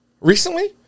Recently